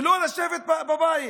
לא לשבת בבית,